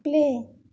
play